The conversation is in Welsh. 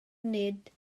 nid